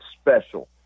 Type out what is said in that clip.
special